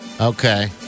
Okay